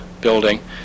building